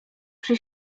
przy